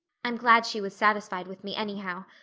i'm glad she was satisfied with me anyhow,